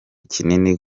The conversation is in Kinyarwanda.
kinini